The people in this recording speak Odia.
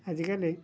ଆଜିକାଲି